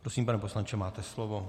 Prosím, pane poslanče, máte slovo.